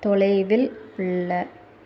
தொலைவில் உள்ள